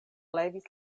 levis